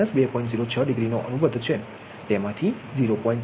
06 degree નો અનુબદ્ધ છે તેમાથી 0